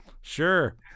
sure